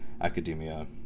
academia